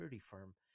firm